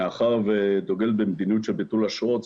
מאחר ודוגלת במדיניות של ביטול אשרות,